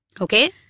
Okay